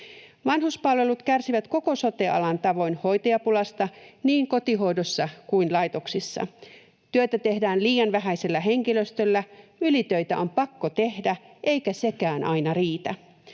Vanhuspalvelut kärsivät koko sote-alan tavoin hoitajapulasta niin kotihoidossa kuin laitoksissa. Työtä tehdään liian vähäisellä henkilöstöllä, ylitöitä on pakko tehdä, eikä sekään aina riitä.